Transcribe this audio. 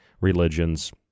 religions